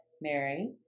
Mary